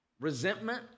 Resentment